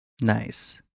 Nice